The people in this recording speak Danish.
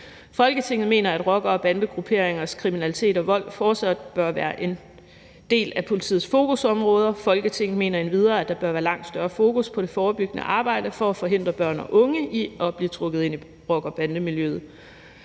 Folketinget mener, at rockere og bandegrupperingers kriminalitet og vold fortsat bør være et af politiets fokusområder. Folketinget mener endvidere, at der bør være langt større politisk fokus på det forebyggende arbejde for at forhindre børn og unge i at blive trukket ind i rocker- og bandemiljøet.